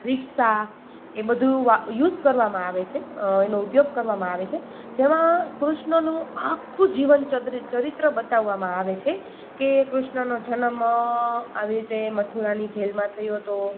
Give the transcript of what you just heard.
rickshaw એ બધું use કરવામાં આવે છે એનો ઉપયોગ કરવામાં આવે છે જેમાં કૃષ્ણનું આખું જીવન ચરિત્ર બતાવવામાં આવે છે કે કૃષ્ણનો જન્મ આવી રીતે મથુરાની જેલમાં થયો હતો